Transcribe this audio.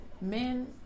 Men